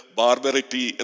barbarity